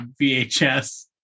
VHS